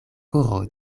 koro